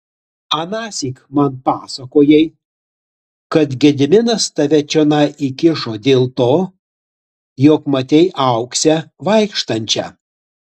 anąsyk man pasakojai kad gediminas tave čionai įkišo dėl to jog matei auksę vaikštančią